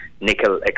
nickel